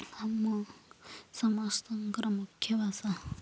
ଆମ ସମସ୍ତଙ୍କର ମୁଖ୍ୟ ଭାଷା